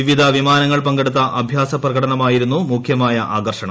വിവിധവിമാനങ്ങൾ പങ്കെടുത്ത അഭ്യാസ പ്രകടനമായിരുന്നു മുഖ്യാകർഷണം